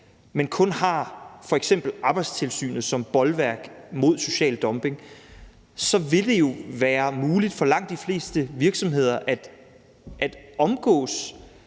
men kun har f.eks. Arbejdstilsynet som bolværk mod social dumping, så vil det jo være muligt for langt de fleste virksomheder at omgå